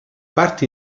parti